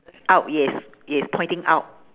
out yes yes pointing out